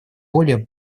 более